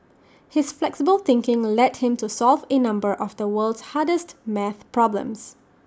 his flexible thinking led him to solve in number of the world's hardest math problems